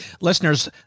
Listeners